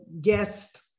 guest